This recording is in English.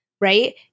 right